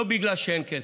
לא בגלל שאין כסף,